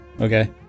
Okay